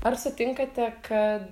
ar sutinkate kad